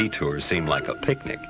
detours seem like a picnic